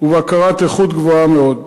ובקרת איכות גבוהה מאוד.